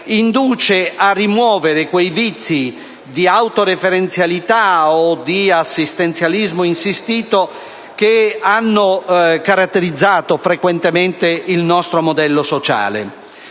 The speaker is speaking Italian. e a rimuovere quei vizi di autoreferenzialità e di assistenzialismo insistito, che hanno caratterizzato frequentemente il nostro modello sociale.